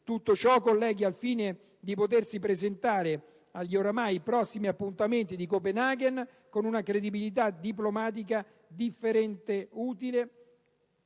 Tutto ciò, colleghi, al fine di potersi presentare agli ormai prossimi appuntamenti di Copenaghen e Muskoka con una credibilità diplomatica differente, utile